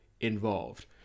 involved